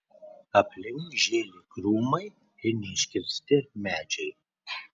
aplink žėlė krūmai ir neiškirsti medžiai